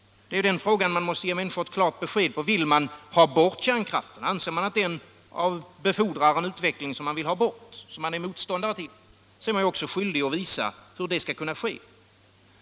Det är den frågan man måste ge människor ett klart besked på. Vill man ha bort kärnkraften? Anser man att den befordrar en utveckling som man vill ha bort och som man är motståndare till? Man är också skyldig att visa hur det skall kunna ske.